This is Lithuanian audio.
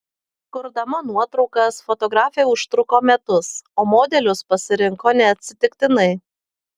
kurdama nuotraukas fotografė užtruko metus o modelius pasirinko neatsitiktinai